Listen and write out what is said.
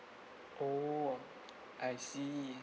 oh I see